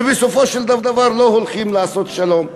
ובסופו של דבר לא הולכים לעשות שלום.